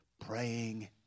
praying